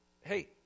Hey